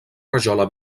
rajola